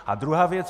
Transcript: A druhá věc.